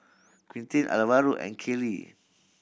Quinten Alvaro and Kaylie